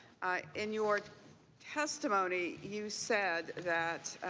and your testimony, you said that